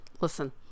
Listen